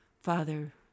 Father